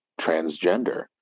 transgender